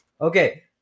okay